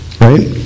right